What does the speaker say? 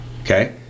Okay